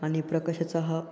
आणि प्रकाशाचा हा